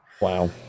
wow